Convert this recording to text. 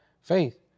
faith